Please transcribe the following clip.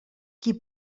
qui